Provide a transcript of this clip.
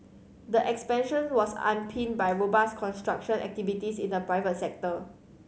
the expansion was underpinned by robust construction activities in the private sector